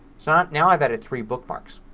so now i've added three bookmarks.